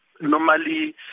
Normally